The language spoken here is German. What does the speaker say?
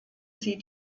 sie